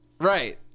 Right